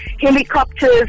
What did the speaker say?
Helicopters